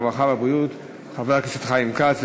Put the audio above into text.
הרווחה והבריאות חבר הכנסת חיים כץ.